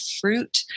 fruit